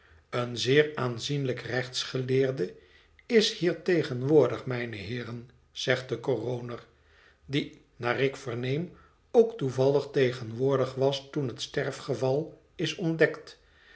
een zeer aanzienlijk rechtsgeleerde is hier tegenwoordig mijne heeren zegt de coroner die naar ik verneem ook toevallig tegenwoordig was toen het sterfgeval is ontdekt